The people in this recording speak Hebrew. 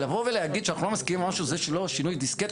אבל לבוא ולהגיד שאנחנו לא מסכימים על משהו זה לא שינוי דיסקט,